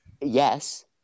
Yes